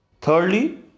Thirdly